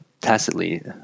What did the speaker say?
tacitly